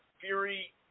Fury